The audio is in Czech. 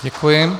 Děkuji.